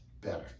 better